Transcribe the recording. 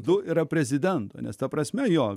du yra prezidento nes ta prasme jo